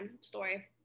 story